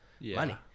money